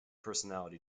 personality